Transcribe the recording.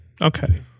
Okay